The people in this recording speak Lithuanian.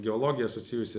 geologija susijusi